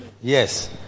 Yes